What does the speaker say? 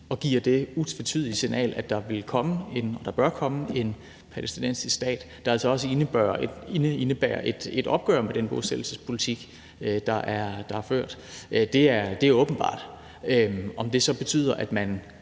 og giver det utvetydige signal, at der vil og bør komme en palæstinensisk stat, hvilket altså også indebærer et opgør med den bosættelsespolitik, der har været ført. Det er åbenbart. I forhold til om det så betyder, at man